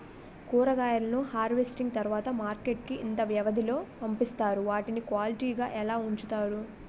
కూరగాయలను హార్వెస్టింగ్ తర్వాత మార్కెట్ కి ఇంత వ్యవది లొ పంపిస్తారు? వాటిని క్వాలిటీ గా ఎలా వుంచుతారు?